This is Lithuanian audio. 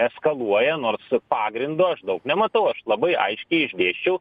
eskaluoja nors pagrindo aš daug nematau aš labai aiškiai išdėsčiau